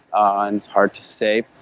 ah and hard to say.